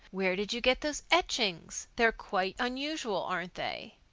where did you get those etchings? they're quite unusual, aren't they?